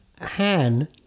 Han